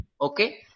okay